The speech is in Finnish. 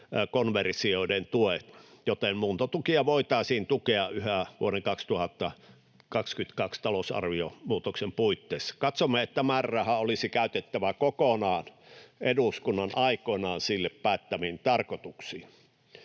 etanolikonversioiden tuet, joten muuntotukea voitaisiin tukea yhä vuoden 2022 talousarviomuutoksen puitteissa. Katsomme, että määräraha olisi käytettävä kokonaan eduskunnan aikoinaan sille päättämiin tarkoituksiin.